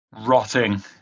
rotting